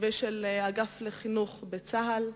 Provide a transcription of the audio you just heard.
ושל האגף לחינוך בצה"ל,